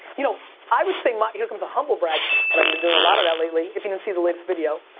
you know i would say my, here comes a humblebrag, but i've um been doing a lot of that lately. if you can see the latest video.